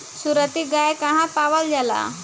सुरती गाय कहवा पावल जाला?